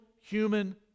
human